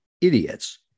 idiots